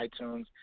iTunes